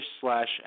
slash